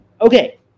okay